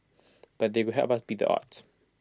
but they could help us beat the odds